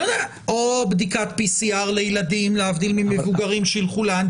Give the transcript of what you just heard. או בדיקת PCR לילדים להבדיל ממבוגרים שילכו לאנטיגן.